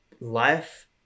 Life